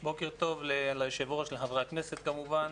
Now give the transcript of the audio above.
בוקר טוב ליושב ראש ולחברי הכנסת כמובן.